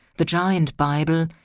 the giant bible,